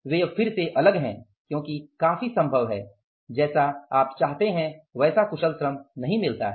वे अब फिर से अलग हैं क्योंकि काफी संभव है जैसा आप चाहते हैं वैसा कुशल श्रम नहीं मिलता है